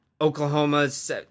Oklahoma's